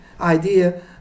idea